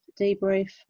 debrief